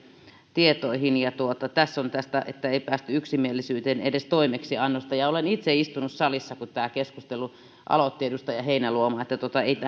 tietoihin ja tässä on tästä että ei päästy yksimielisyyteen edes toimeksiannosta olen itse istunut salissa kun tämän keskustelun aloitti edustaja heinäluoma